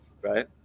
right